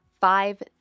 five